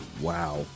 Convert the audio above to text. Wow